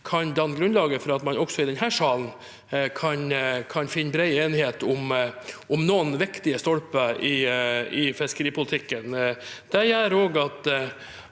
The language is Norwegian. danne grunnlaget for at man også i denne salen kan finne bred enighet om noen viktige stolper i fiskeripolitikken.